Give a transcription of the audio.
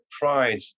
Pride